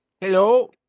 Hello